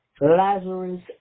Lazarus